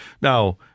Now